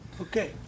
Okay